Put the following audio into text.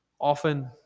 often